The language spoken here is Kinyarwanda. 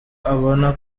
abona